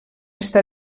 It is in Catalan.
està